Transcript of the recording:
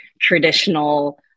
traditional